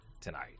tonight